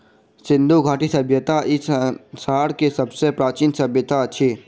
सिंधु घाटी सभय्ता ई संसार के सब सॅ प्राचीन सभय्ता अछि